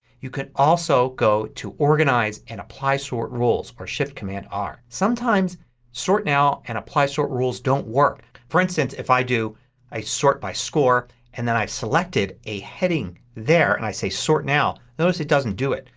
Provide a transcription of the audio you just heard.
you could also go to organize and apply sort rules or shift command r. sometimes sort now and apply sort rules don't work. for instance, if i do a sort by score and then i selected a heading there and i say sort now, notice it doesn't do it.